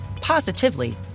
positively